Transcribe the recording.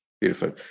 Beautiful